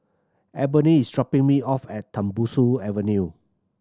Ebony is dropping me off at Tembusu Avenue